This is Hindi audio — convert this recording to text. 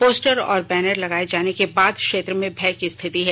पोस्टर और बैनर लगाए जाने के बाद क्षेत्र में भय की स्थिति है